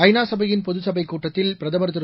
ஐநா சபையின் பொதுசபைக் கூட்டத்தில் பிரதமர் திரு